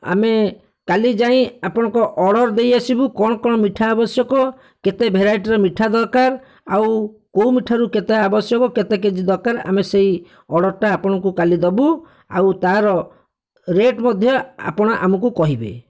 ଆମେ କାଲି ଯାଇ ଆପଣଙ୍କ ଅର୍ଡ଼ର ଦେଇଆସିବୁ କଣ କଣ ମିଠା ଆବଶ୍ୟକ କେତେ ଭେରାଇଟିର ମିଠା ଦରକାର ଆଉ କେଉଁ ମିଠାରୁ କେତେ ଆବଶ୍ୟକ କେତେ କେଜି ଦରକାର ଆମେ ସେହି ଅର୍ଡ଼ରଟା ଆପଣଙ୍କୁ କାଲି ଦେବୁ ଆଉ ତାହାର ରେଟ ମଧ୍ୟ ଆପଣ ଆମକୁ କହିବେ